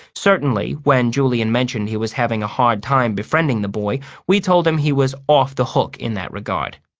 certainly, when julian mentioned he was having a hard time befriending the boy, we told him he was off the hook in that regard.